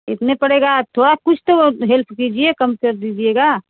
कितने पड़ेगा आप तो कुछ तो आप हेल्प कीजिए कम कर दीजिएगा